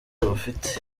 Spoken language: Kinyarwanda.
bufite